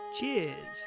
Cheers